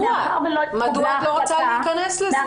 מדוע את לא רוצה להיכנס לזה?